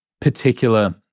particular